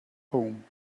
home